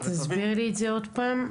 תסביר לי את זה עוד פעם.